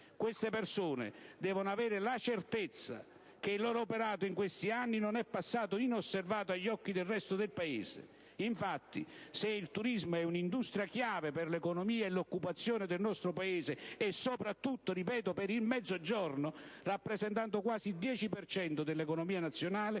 Queste persone devono avere la certezza che il loro operato in questi anni non è passato inosservato agli occhi del resto del Paese. Infatti, se il turismo è un'industria chiave per l'economia e l'occupazione del nostro Paese e soprattutto - ripeto - per il Mezzogiorno, rappresentando quasi il 10 per cento dell'economia nazionale,